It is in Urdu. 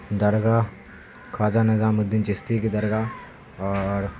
درگاہ خواجہ نظام الدین چشتی کی درگاہ اور